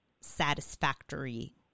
satisfactory